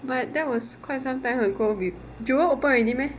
but that was quite some time ago with jewel open already meh